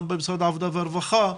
גם במשרד העבודה והרווחה,